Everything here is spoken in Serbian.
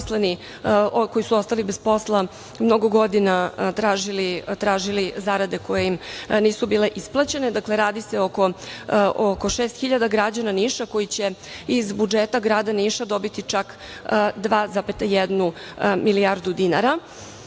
koji su ostali bez posla mnogo godina tražili zarade koje im nisu bile isplaćene. Radi se oko 6.000 građana Niša koji će iz budžeta grada Niša dobiti čak 2,1 milijardu dinara.